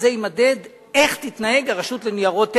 איך תתנהג הרשות לניירות ערך,